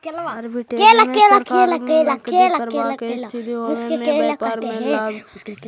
arbitrage में सकारात्मक नकदी प्रवाह के स्थिति होवे से व्यापार में लाभ होवऽ हई